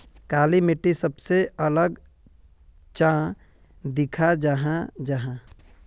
काली मिट्टी सबसे अलग चाँ दिखा जाहा जाहा?